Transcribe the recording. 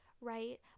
right